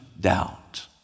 doubt